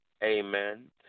Amen